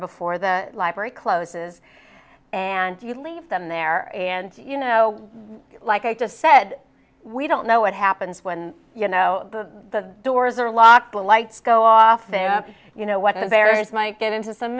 before the library closes and you leave them there and you know like i just said we don't know what happens when you know the doors are locked the lights go off and you know what the barriers might get into some